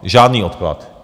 Žádný odklad.